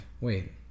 Wait